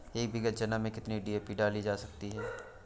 एक बीघा चना में कितनी डी.ए.पी डाली जा सकती है?